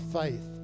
faith